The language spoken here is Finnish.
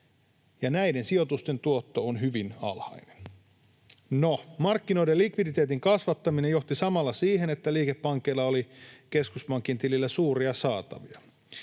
näiden sijoitusten tuotto on hyvin alhainen. No, markkinoiden likviditeetin kasvattaminen johti samalla siihen, että liikepankeilla oli keskuspankin tilillä suuria saatavia.